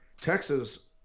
Texas –